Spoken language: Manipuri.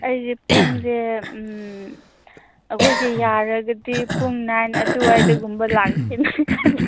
ꯑꯩꯁꯦ ꯄꯨꯡꯁꯦ ꯑꯩꯈꯣꯏꯁꯦ ꯌꯥꯔꯒꯗꯤ ꯄꯨꯡ ꯅꯥꯏꯟ ꯑꯗꯨꯋꯥꯏꯗꯒꯨꯝꯕ ꯂꯥꯛꯀꯦꯅ ꯈꯜꯂꯤꯕ